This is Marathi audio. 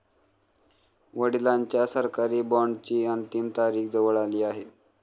वडिलांच्या सरकारी बॉण्डची अंतिम तारीख जवळ आली आहे